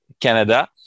Canada